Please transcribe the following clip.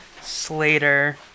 Slater